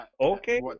Okay